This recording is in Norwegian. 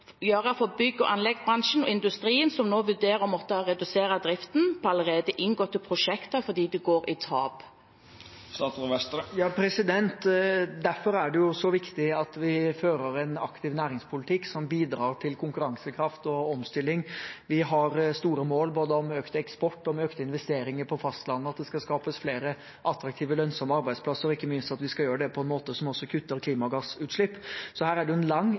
redusere driften på prosjekter det allerede er inngått avtale om, fordi de går med tap? Derfor er det så viktig at vi fører en aktiv næringspolitikk som bidrar til konkurransekraft og omstilling. Vi har store mål om både økt eksport og økte investeringer på fastlandet, og at det skal skapes flere attraktive, lønnsomme arbeidsplasser, og ikke minst at vi skal gjøre det på en måte som kutter klimagassutslipp. Så her er det en lang